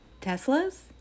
Tesla's